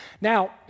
Now